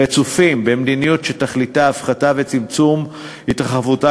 רצופים במדיניות שתכליתה הפחתה וצמצום התרחבותה